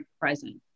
present